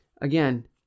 Again